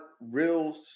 real